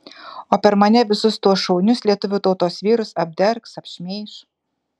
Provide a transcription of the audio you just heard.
o per mane visus tuos šaunius lietuvių tautos vyrus apdergs apšmeiš